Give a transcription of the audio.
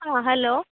ಹಾಂ ಹಲೋ